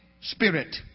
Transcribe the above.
Spirit